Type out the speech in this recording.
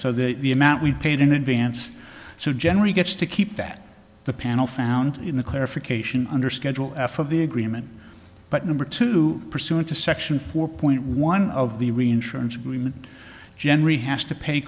so that the amount we paid in advance so generally gets to keep that the panel found in the clarification under schedule f of the agreement but number two pursuant to section four point one of the reinsurance agreement generally has to pay